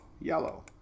yellow